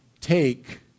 take